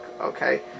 okay